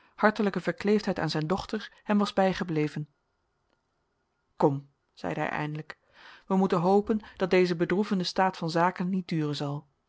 hartelijke verkleefdheid aan zijn dochter hem was bijgebleven kom zeide hij eindelijk wij moeten hopen dat deze bedroevende staat van zaken niet duren zal